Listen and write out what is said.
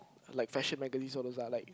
like fashion magazine all those ah like